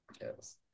yes